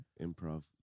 Improv